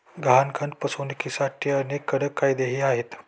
गहाणखत फसवणुकीसाठी अनेक कडक कायदेही आहेत